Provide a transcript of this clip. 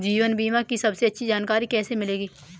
जीवन बीमा की सबसे अच्छी जानकारी कैसे मिलेगी?